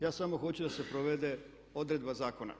Ja samo hoću da se provede odredba zakona.